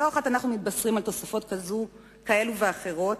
לא אחת אנחנו מתבשרים על תוספות כאלה ואחרות,